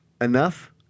enough